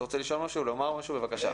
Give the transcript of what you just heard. בבקשה.